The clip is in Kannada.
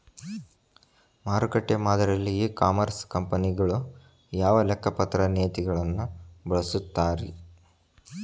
ಮಾರುಕಟ್ಟೆ ಮಾದರಿಯಲ್ಲಿ ಇ ಕಾಮರ್ಸ್ ಕಂಪನಿಗಳು ಯಾವ ಲೆಕ್ಕಪತ್ರ ನೇತಿಗಳನ್ನ ಬಳಸುತ್ತಾರಿ?